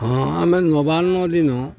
ହଁ ଆମେ ନବାନ୍ନ ଦିନ